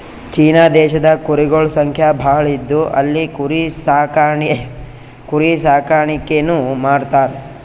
China ದೇಶದಾಗ್ ಕುರಿಗೊಳ್ ಸಂಖ್ಯಾ ಭಾಳ್ ಇದ್ದು ಅಲ್ಲಿ ಕುರಿ ಸಾಕಾಣಿಕೆನೂ ಮಾಡ್ತರ್